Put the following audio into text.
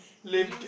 lame